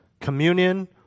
communion